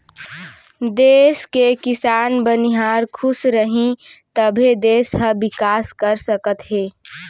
देस के किसान, बनिहार खुस रहीं तभे देस ह बिकास कर सकत हे